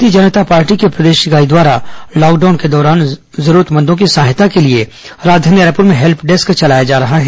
भारतीय जनता पार्टी की प्रदेश इकाई द्वारा लॉकडाउन के दौरान जरूरतमंदों की सहायता के लिए राजधानी रायपुर में हेल्प डेस्क चलाया जा रहा है